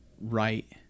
right